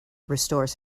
restores